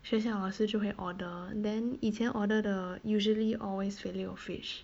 学校老师就会 order then 以前 order 的 usually always filet-O-fish